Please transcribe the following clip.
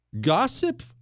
Gossip